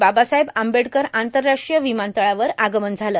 बाबासाहेब आंबेडकर आंतरराष्ट्रीय र्वमानतळावर आगमन झालं